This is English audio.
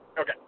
Okay